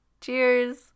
Cheers